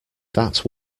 that